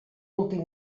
últim